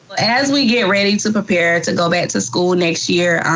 as we get ready to prepare to go back to school next year,